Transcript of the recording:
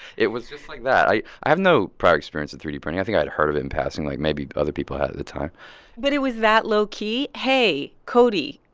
it was just like that. i i have no prior experience with three d printing. i think i'd heard of it in passing like maybe other people had at the time but it was that low-key? hey, cody,